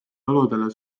oludele